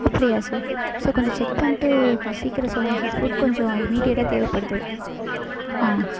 அப்படியா sir sir கொஞ்சம் check பண்ணிட்டு கொஞ்சம் சீக்கிரம் சொல்லுங்கள் சார் ஃபுட் கொஞ்சம் இமீடியேட்டாக தேவைப்படுது ஆ